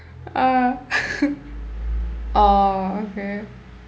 uh oh okay